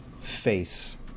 face